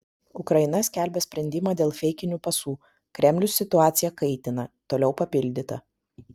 ukraina skelbia sprendimą dėl feikinių pasų kremlius situaciją kaitina toliau papildyta